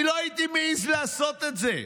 אני לא הייתי מעז לעשות את זה.